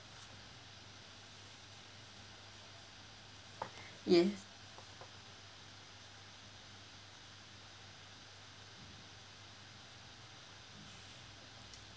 yes